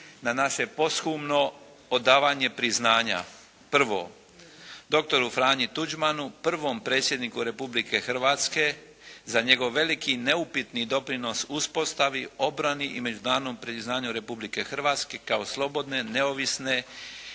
na naše posthumno odavanje priznanja: Prvo, doktoru Franji Tuđmanu, prvom predsjedniku Republike Hrvatske za njegov veliki neupitni doprinos uspostavi, obrani i međunarodnom priznanju Republike Hrvatske kao slobodne, neovisne